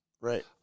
Right